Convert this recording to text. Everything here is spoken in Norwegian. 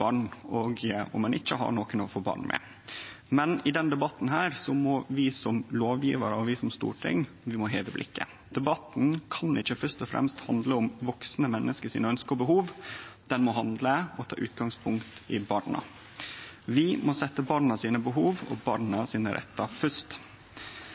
barn, òg om ein ikkje har nokon å få barn med. Men i denne debatten må vi som lovgjevarar og vi som storting heve blikket. Debatten kan ikkje først og fremst handle om vaksne menneske sine ønske og behov; han må handle om og ta utgangspunkt i barna. Vi må setje barna sine behov og